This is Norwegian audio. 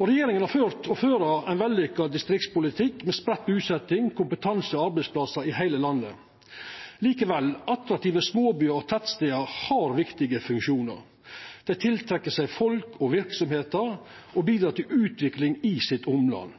Regjeringa har ført, og fører, ein vellykka distriktspolitikk med spreidd busetjing, kompetanse og arbeidsplassar i heile landet. Likevel: Attraktive småbyar og tettstader har viktige funksjonar. Dei tiltrekkjer seg folk og verksemder og bidreg til utvikling i sitt omland.